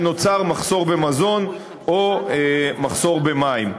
ונוצר מחסור במזון או מחסור במים.